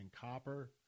copper